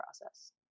process